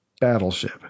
Battleship